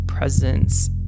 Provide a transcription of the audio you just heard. presence